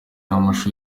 amashusho